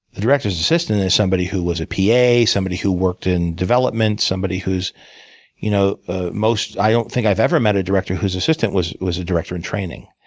the director's assistant is somebody who was a pa. somebody who worked in development. somebody who's you know ah most i don't think i've ever met a director whose assistant was was a director in training.